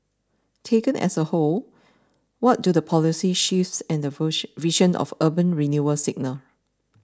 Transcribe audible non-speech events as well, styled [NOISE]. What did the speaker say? taken as a whole what do the policy shifts and the [UNINTELLIGIBLE] vision of urban renewal signal